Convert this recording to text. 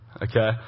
Okay